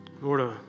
Lord